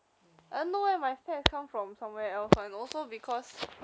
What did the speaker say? mm (uh huh)